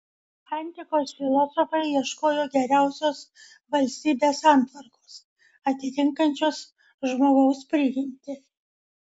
antikos filosofai ieškojo geriausios valstybės santvarkos atitinkančios žmogaus prigimtį